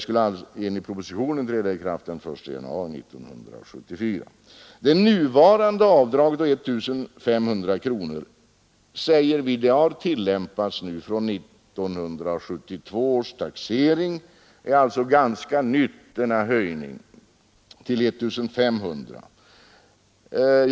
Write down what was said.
Enligt propositionen skall de nya reglerna träda i kraft den 1 januari 1974. Det nuvarande avdraget på 1 500 kronor har, säger vi, tillämpats från 1972 års taxering — denna höjning till 1 500 kronor är alltså ganska ny.